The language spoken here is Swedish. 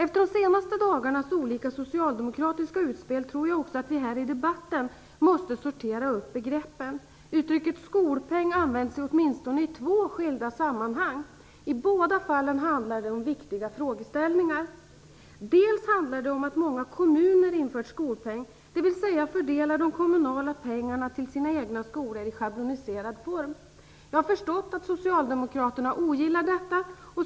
Efter de senaste dagarnas olika socialdemokratiska utspel tror jag också att vi här i debatten måste sortera upp begreppen. Uttrycket skolpeng används i åtminstone två skilda sammanhang. I båda fallen handlar det om viktiga frågeställningar. Dels handlar det om att många kommuner infört skolpeng, dvs.. fördelar de kommunala pengarna till de egna skolorna i schabloniserad form. Jag har förstått att socialdemokraterna ogillar detta.